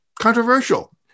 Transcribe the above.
controversial